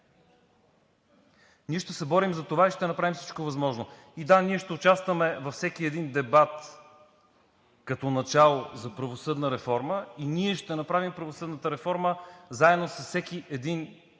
Ние ще се борим за това и ще направим всичко възможно. И да, ние ще участваме във всеки един дебат като начало за правосъдна реформа, и ние ще направим правосъдната реформа заедно с всеки един от